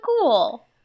cool